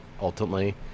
ultimately